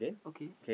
okay